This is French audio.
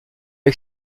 est